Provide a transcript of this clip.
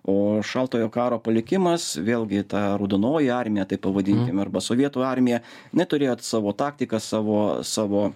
o šaltojo karo palikimas vėlgi ta raudonoji armija taip pavadinkim arba sovietų armija neturėjo tas savo taktikas savo savo